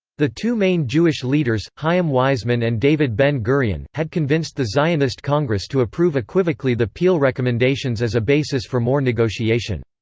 the two main jewish leaders, chaim weizmann and david ben-gurion, had convinced the zionist congress to approve equivocally the peel recommendations as a basis for more negotiation.